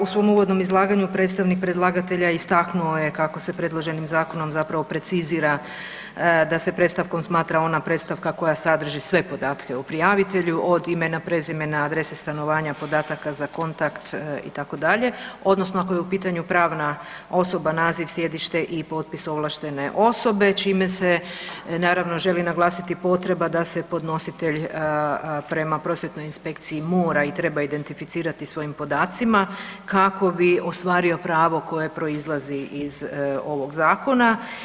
U svom uvodnom izlaganju predstavnik predlagatelja istaknuo je kako se predloženim zakonom precizira da se predstavkom smatra ona predstavka koja sadrži sve podatke o prijavitelju od imena, prezimena, adrese stanovanja, podataka za kontakt itd. odnosno ako je u pitanju pravna osoba, naziv, sjedište i potpis ovlaštene osobe čime se naravno želi naglasiti potreba da se podnositelj prema prosvjetnoj inspekciji mora i treba identificirati svojim podacima kako bi ostvario pravo koje proizlazi iz ovog zakona.